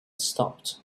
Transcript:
stopped